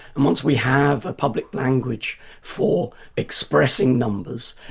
and once we have a public language for expressing numbers,